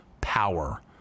power